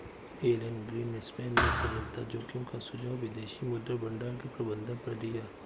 Elon Greenspan ने तरलता जोखिम का सुझाव विदेशी मुद्रा भंडार के प्रबंधन पर दिया